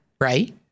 Right